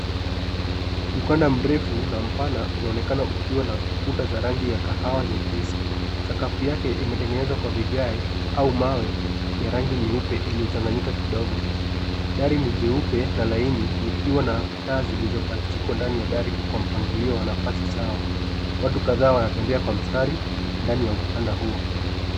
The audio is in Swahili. Mkanda mrefu na mpana unaonekana ukiwa na kuta za rangi ya kahawa nyepesi. Sakafu yake imetengenezwa kwa vigae au mawe ya rangi nyeupe iliyochanganyika kidogo. Dari ni jeupe na laini likiwa na taa zilizopachikwa ndani ya dari kwa mpangilio wa nafasi sawa. Watu kadhaa wanatembea kwa mistari ndani ya mkanda huo.